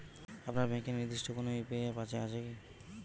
আপনার ব্যাংকের নির্দিষ্ট কোনো ইউ.পি.আই অ্যাপ আছে আছে কি?